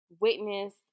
witness